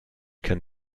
can